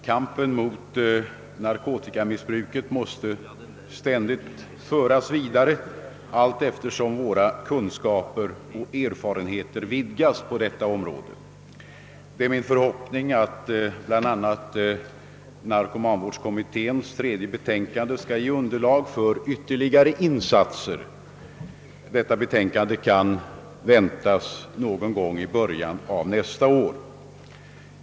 Kampen mot narkotikamissbruket måste ständigt föras vidare allteftersom våra kunskaper och erfarenheter vidgas på detta område. Det är min förhoppning att bl.a. narkomanvårdskommitténs tredje betänkande skall ge underlag för ytterligare insatser. Detta betänkande kan väntas någon gång i början av nästa år.